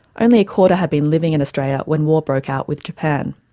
only a quarter had been living in australia when war broke out with japan